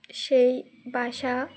সেই বাসা